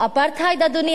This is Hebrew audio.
אדוני היושב-ראש,